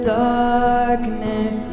darkness